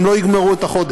הם לא יגמרו את החודש,